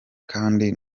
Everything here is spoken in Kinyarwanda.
kandi